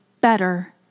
better